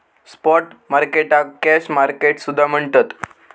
spot मार्केटाक cash market सुद्धा म्हणतत